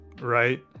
right